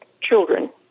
children